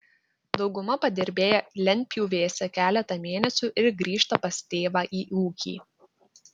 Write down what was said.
dauguma padirbėja lentpjūvėse keletą mėnesių ir grįžta pas tėvą į ūkį